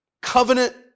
covenant